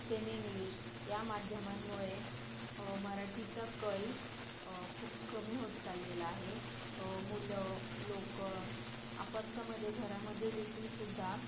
semi English या माध्यमांमुळे मराठीचा कल खूप कमी होत चाललेला आहे मुलं लोकं आपापसामध्ये घरामधेदेखील सुद्धा